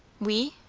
we?